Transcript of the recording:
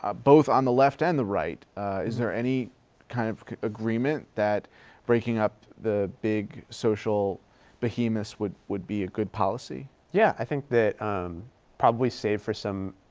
ah both on the left and the right is there any kind of agreement that breaking up the big social behemoths would would be a good policy? berland yeah, i think that probably save for some,